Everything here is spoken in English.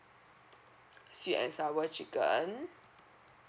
sweet and sour chicken